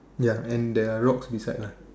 ya and there are rocks besides lah